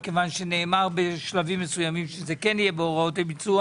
מכיוון שנאמר בשלבים מסוימים שזה כן יהיה בהוראות הביצוע.